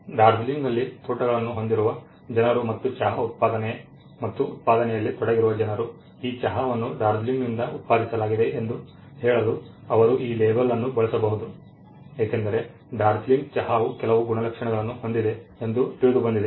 ಡಾರ್ಜಿಲಿಂಗ್ನಲ್ಲಿ ತೋಟಗಳನ್ನು ಹೊಂದಿರುವ ಜನರು ಮತ್ತು ಚಹಾ ಉತ್ಪಾದನೆ ಮತ್ತು ಉತ್ಪಾದನೆಯಲ್ಲಿ ತೊಡಗಿರುವ ಜನರು ಈ ಚಹಾವನ್ನು ಡಾರ್ಜಿಲಿಂಗ್ನಿಂದ ಉತ್ಪಾದಿಸಲಾಗಿದೆ ಎಂದು ಹೇಳಲು ಅವರು ಆ ಲೇಬಲ್ ಅನ್ನು ಬಳಸಬಹುದು ಏಕೆಂದರೆ ಡಾರ್ಜಿಲಿಂಗ್ ಚಹಾವು ಕೆಲವು ಗುಣಲಕ್ಷಣಗಳನ್ನು ಹೊಂದಿದೆ ಎಂದು ತಿಳಿದುಬಂದಿದೆ